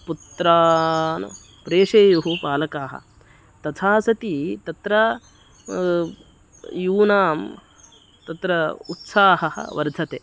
पुत्रान् प्रेषयेयुः पालकाः तथा सति तत्र यूनां तत्र उत्साहः वर्धते